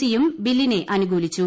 C യും ബില്ലിനെ അനുകൂലിച്ചു